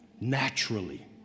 naturally